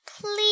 please